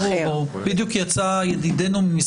אני מניח